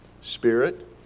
spirit